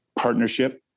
partnership